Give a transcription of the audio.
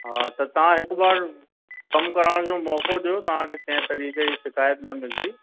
हा त तव्हां हिकु बार कमु करण जो मौक़ो ॾियो तव्हांखे कंहिं तरीक़े जी शिकायत न मिलंदी